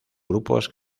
grupos